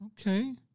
okay